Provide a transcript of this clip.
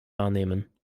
wahrnehmen